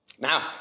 Now